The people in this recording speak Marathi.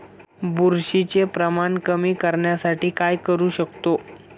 बुरशीचे प्रमाण कमी करण्यासाठी काय करू शकतो?